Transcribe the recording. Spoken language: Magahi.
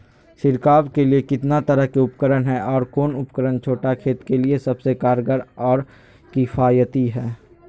छिड़काव के लिए कितना तरह के उपकरण है और कौन उपकरण छोटा खेत के लिए सबसे कारगर और किफायती है?